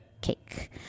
cake